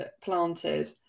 planted